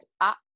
up